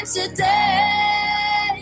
today